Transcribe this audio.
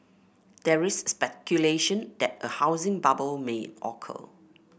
there is speculation that a housing bubble may occur